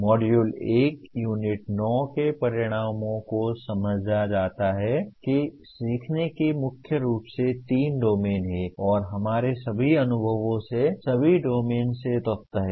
module 1 unit 9 के परिणामों को समझा जाता है कि सीखने के मुख्य रूप से तीन डोमेन हैं और हमारे सभी अनुभवों में सभी डोमेन से तत्व हैं